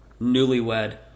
newlywed